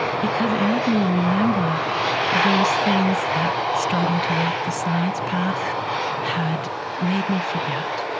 because it made me remember those things that starting to walk the science path had made me forget,